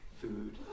food